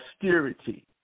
austerity